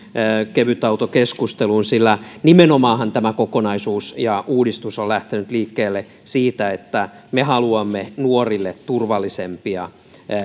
kevytautokeskusteluun sillä nimenomaanhan tämä kokonaisuus ja uudistus on lähtenyt liikkeelle siitä että me haluamme nuorille turvallisempia